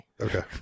Okay